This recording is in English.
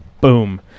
Boom